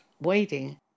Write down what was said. waiting